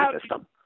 system